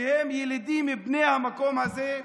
שהם ילידים, מבני המקום הזה.